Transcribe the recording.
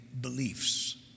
beliefs